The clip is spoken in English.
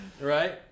right